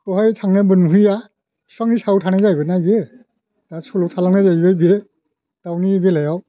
बेवहाय थांनायावबो नुहैया फिफांनि सायाव थानाय जाहैबाय ना बियो दा सल'आव थालांनाय जाहैबाय बियो दावनि बेलायाव